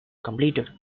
completed